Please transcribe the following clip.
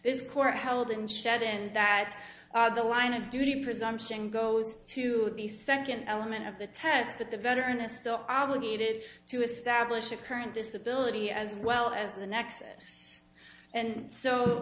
this court held in shed and that that the line of duty presumption goes to the second element of the test that the veteran a still obligated to establish a current disability as well as the nexus and so